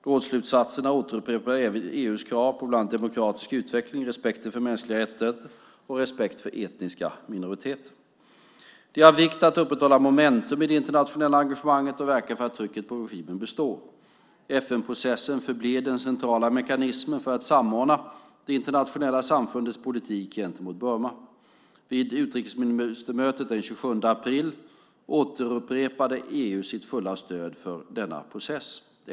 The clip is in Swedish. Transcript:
Rådsslutsatserna upprepade även EU:s krav på bland annat demokratisk utveckling, respekt för mänskliga rättigheter och respekt för etniska minoriteter. Det är av vikt att upprätthålla momentum i det internationella engagemanget och att verka för att trycket på regimen består. FN-processen förblir den centrala mekanismen för att samordna det internationella samfundets politik gentemot Burma. Vid utrikesministermötet den 27 april upprepade EU sitt fulla stöd för denna process.